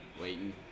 waiting